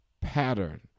pattern